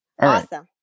Awesome